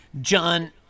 John